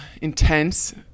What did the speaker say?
intense